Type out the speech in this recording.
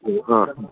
ആ ആ